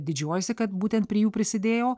didžiuojuosi kad būtent prie jų prisidėjau